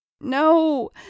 No